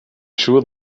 sure